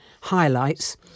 highlights